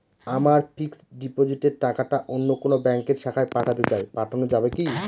আমার ফিক্সট ডিপোজিটের টাকাটা অন্য কোন ব্যঙ্কের শাখায় পাঠাতে চাই পাঠানো যাবে কি?